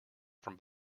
from